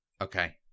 Okay